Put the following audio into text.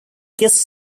guest